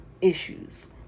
issues